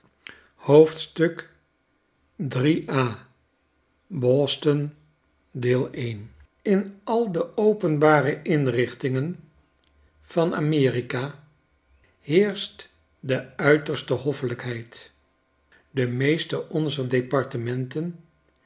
in al de openbare inrichtingen van a m e r i k a heerscht de uiterste hoffelijkheid de meestc onzer departementen